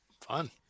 Fun